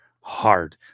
hard